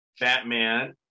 Batman